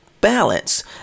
balance